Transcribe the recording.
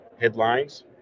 headlines